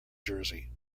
jersey